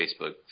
Facebook